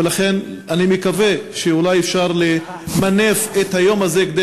ולכן אני מקווה שאולי אפשר למנף את היום הזה כדי